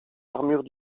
armure